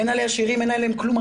אין עליה שירים ואין עליה כלום,